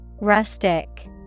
Rustic